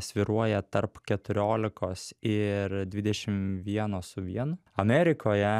svyruoja tarp keturiolikos ir dvidešim vieno su vienu amerikoje